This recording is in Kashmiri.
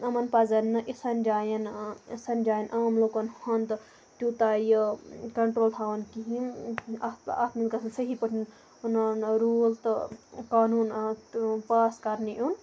یِمَن پَزَن نہٕ یِژھن جایَن یِژھن جایَن عام لوٗکَن ہُنٛد تیوٗتاہ یہِ کَنٹرٛول تھاوُن کِہیٖنۍ اَتھ اَتھ گژھن صحیح پٲٹھۍ روٗل تہٕ قانوٗن تہٕ پاس کرنہٕ یُن